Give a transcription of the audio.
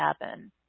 happen